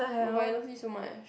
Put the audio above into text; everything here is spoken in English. no but I love it so much